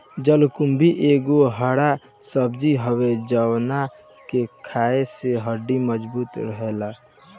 जलकुम्भी एगो हरा सब्जी हवे जवना के खाए से हड्डी मबजूत रहेला